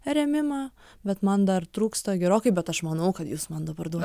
rėmimą bet man dar trūksta gerokai bet aš manau kad jūs man dabar duosi